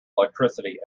electricity